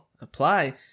apply